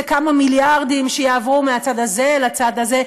כמה מיליארדים שיעברו מהצד הזה לצד הזה,